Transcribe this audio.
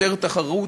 יותר תחרות,